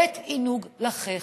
בית עינוג לחך,